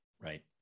right